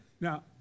now